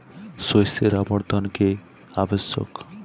শস্যের আবর্তন কী আবশ্যক?